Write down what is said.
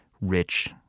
Rich